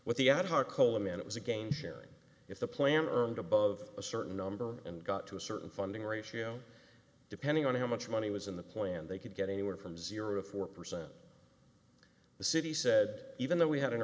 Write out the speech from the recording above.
with the ad hoc coleman it was again sharing if the plan and above a certain number and got to a certain funding ratio depending on how much money was in the plan they could get anywhere from zero to four percent the city said even though we had an